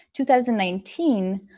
2019